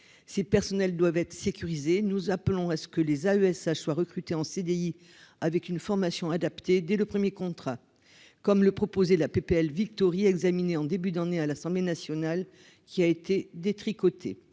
ces personnels doivent être sécurisés, nous appelons à ce que les AESH soient recrutés en CDI, avec une formation adaptée dès le 1er contre, comme le proposait la PPL Victory examiné en début d'année à l'Assemblée nationale qui a été détricoté